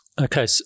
Okay